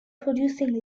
producing